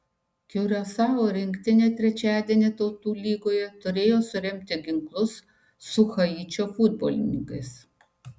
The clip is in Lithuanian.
kiurasao rinktinė trečiadienį tautų lygoje turėjo suremti ginklus su haičio futbolininkais